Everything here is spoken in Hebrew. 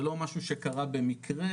זה לא משהו שקרה במקרה,